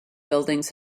buildings